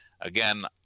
Again